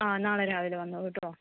ആ നാളെ രാവിലെ വന്നോളുട്ടോ